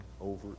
over